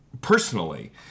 personally